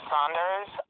Saunders